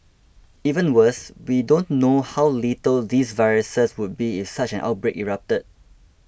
even worse we don't know how lethal these viruses would be if such an outbreak erupted